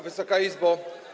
Wysoka Izbo!